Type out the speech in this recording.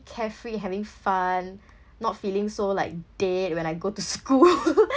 carefree having fun not feeling so like dead when I go to school